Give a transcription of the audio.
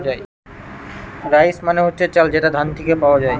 rice মানে হচ্ছে চাল যেটা ধান থিকে পাওয়া যায়